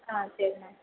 ஆ சரிண்ணா